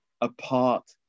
apart